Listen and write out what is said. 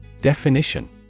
Definition